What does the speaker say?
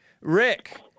Rick